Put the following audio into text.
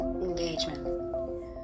engagement